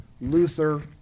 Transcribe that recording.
Luther